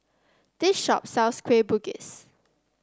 this shop sells Kueh Bugis